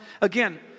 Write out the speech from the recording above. again